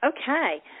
Okay